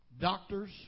doctors